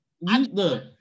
Look